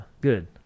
good